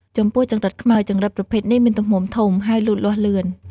ចំពោះចង្រិតខ្មៅ ចង្រិតប្រភេទនេះមានទំហំធំ ហើយលូតលាស់លឿន។